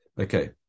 Okay